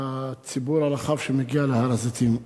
לציבור הרחב שמגיע להר-הזיתים.